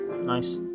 Nice